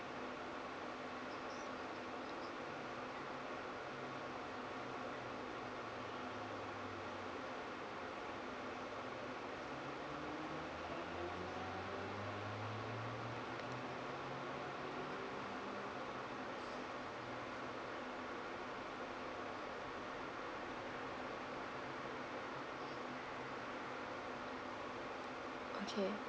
okay